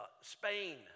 Spain